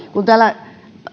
kun täällä